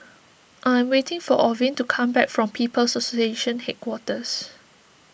I am waiting for Orvin to come back from People's Association Headquarters